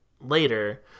later